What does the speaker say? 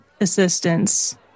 assistance